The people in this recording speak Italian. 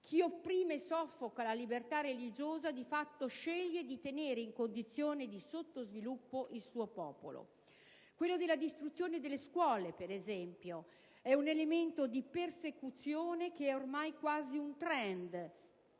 Chi opprime o soffoca la libertà religiosa di fatto sceglie di tenere in condizioni di sottosviluppo il suo popolo. Quello della distruzione delle scuole, per esempio, è un elemento di persecuzione che è ormai quasi un *trend*: